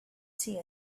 see